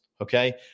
Okay